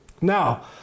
Now